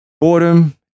boredom